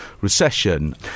recession